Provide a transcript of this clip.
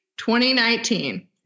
2019